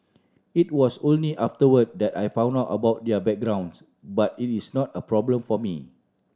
it was only afterward that I found out about their backgrounds but it is not a problem for me